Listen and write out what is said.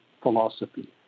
philosophy